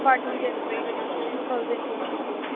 fourteen January two thousand ਟਵੱਟੀ four